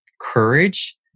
courage